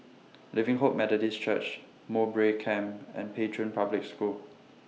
Living Hope Methodist Church Mowbray Camp and Pei Chun Public School